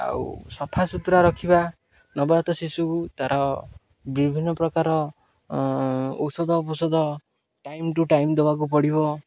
ଆଉ ସଫା ସୁୁତୁରା ରଖିବା ନବାଜାତ ଶିଶୁକୁ ତାର ବିଭିନ୍ନ ପ୍ରକାର ଔଷଧ ଫୋଷଧ ଟାଇମ ଟୁ ଟାଇମ ଦବାକୁ ପଡ଼ିବ